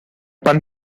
pan